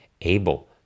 able